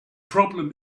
problem